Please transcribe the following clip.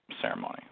ceremony